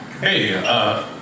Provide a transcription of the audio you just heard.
Hey